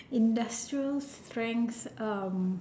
industrial strength um